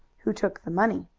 who took the money,